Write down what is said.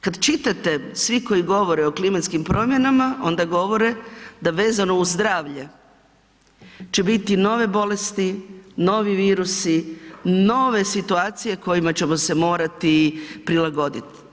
Kad čitate svi koji govore o klimatskim promjenama, onda govore da vezano uz zdravlje će biti nove bolesti, novi virusi, nove situacije u kojima ćemo se morati prilagoditi.